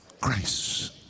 grace